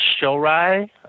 Shorai